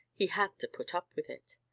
he had to put up with it.